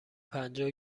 پنجاه